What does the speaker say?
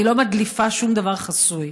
אני לא מדליפה שום דבר חסוי,